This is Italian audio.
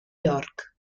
york